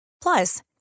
Plus